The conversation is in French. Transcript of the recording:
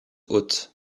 hôte